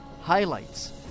highlights